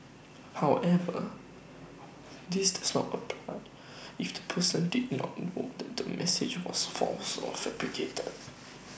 however this does not apply if the person did not know that the message was false or fabricated